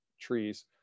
trees